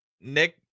Nick